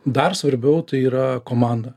dar svarbiau tai yra komanda